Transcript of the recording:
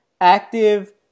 Active